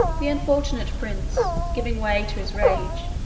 the unfortunate prince, giving way to his rage,